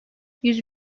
yüz